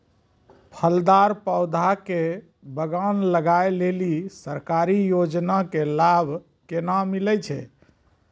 फलदार पौधा के बगान लगाय लेली सरकारी योजना के लाभ केना मिलै छै?